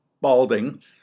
balding